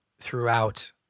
throughout